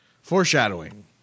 Foreshadowing